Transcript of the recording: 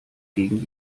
gegen